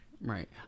right